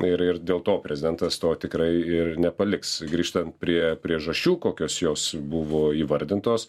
ir ir dėl to prezidentas to tikrai ir nepaliks grįžtant prie priežasčių kokios jos buvo įvardintos